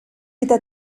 gyda